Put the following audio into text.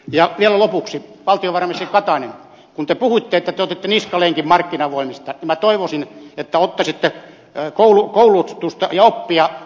ja vielä lopuksi valtiovarainministeri katainen kun te puhuitte että te otitte niskalenkin markkinavoimista niin minä toivoisin että ottaisitte koulutusta ja oppia ed